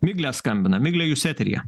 miglė skambina migle jūs eteryje